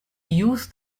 use